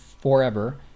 forever